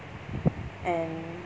and